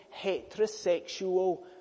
heterosexual